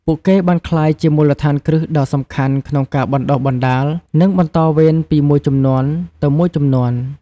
ពួកគេបានក្លាយជាមូលដ្ឋានគ្រឹះដ៏សំខាន់ក្នុងការបណ្តុះបណ្តាល និងបន្តវេនពីមួយជំនាន់ទៅមួយជំនាន់ ។